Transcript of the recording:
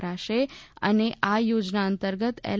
કરાશે અને આ યોજના અંતર્ગત એલ